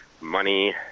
money